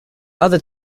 other